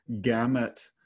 gamut